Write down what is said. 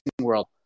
world